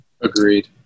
Agreed